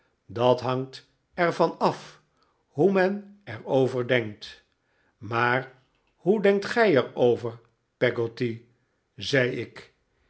dat hangt er van af hoe men er over denkt maar hoe denkt gij er over peggotty zei ik